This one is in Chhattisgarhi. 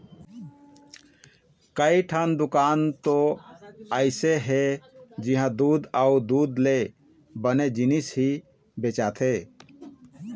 कइठन दुकान तो अइसे हे जिंहा दूद अउ दूद ले बने जिनिस ही बेचाथे